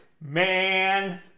man